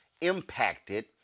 impacted